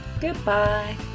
Goodbye